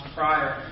prior